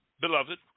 beloved